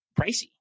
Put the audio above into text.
pricey